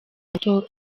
gato